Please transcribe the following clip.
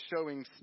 showing